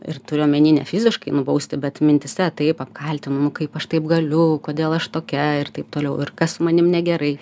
ir turiu omeny ne fiziškai nubausti bet mintyse taip apkaltinu nu kaip aš taip galiu kodėl aš tokia ir taip toliau ir kas su manim negerai